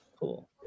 Cool